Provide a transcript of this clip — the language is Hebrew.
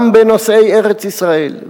גם בנושאי ארץ-ישראל.